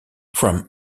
from